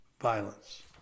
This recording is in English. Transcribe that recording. violence